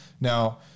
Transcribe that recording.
Now